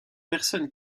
personne